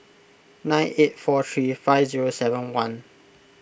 nine eight four three five zero seven one